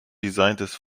designtes